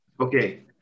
Okay